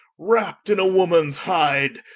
wrapt in a womans hide,